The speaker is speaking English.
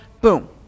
Boom